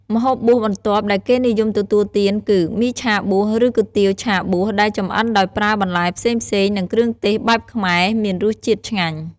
ម្ហូបបួសបន្ទាប់ដែលគេនិយមទទួលទានគឺ មីឆាបួស ឬគុយទាវឆាបួស ដែលចម្អិនដោយប្រើបន្លែផ្សេងៗ និងគ្រឿងទេសបែបខ្មែរ មានរសជាតិឆ្ងាញ់ ។